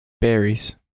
Berries